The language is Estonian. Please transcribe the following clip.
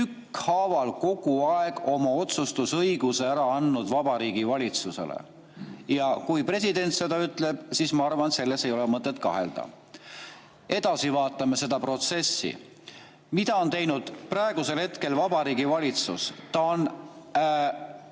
tükkhaaval oma otsustusõigust ära andnud Vabariigi Valitsusele. Ja kui president seda ütleb, siis, ma arvan, selles ei ole mõtet kahelda. Edasi, vaatame seda protsessi. Mida on teinud praegusel hetkel Vabariigi Valitsus? Ta on